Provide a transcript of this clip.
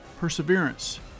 perseverance